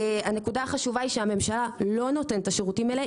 הנקודה החשובה היא שהממשלה לא נותנת את השירותים האלה.